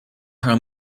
her